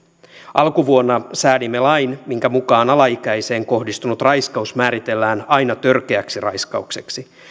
alkuvuonna säädimme lain minkä mukaan alaikäiseen kohdistunut raiskaus määritellään aina törkeäksi raiskaukseksi